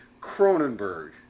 Cronenberg